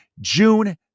June